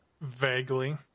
vaguely